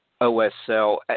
OSL